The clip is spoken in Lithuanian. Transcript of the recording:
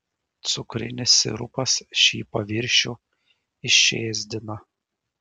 cukrinis sirupas šį paviršių išėsdina